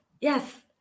Yes